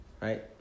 Right